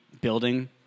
building